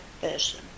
person